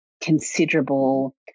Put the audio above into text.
considerable